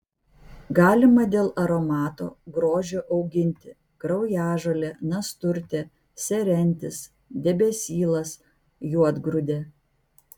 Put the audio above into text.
galima dėl aromato grožio auginti kraujažolė nasturtė serentis debesylas juodgrūdė